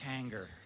tanger